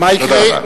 תודה רבה.